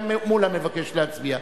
גם חבר הכנסת מולה מבקש להצביע.